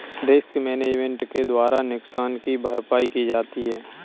risk management के द्वारा नुकसान की भरपाई की जाती है